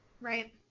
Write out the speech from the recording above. Right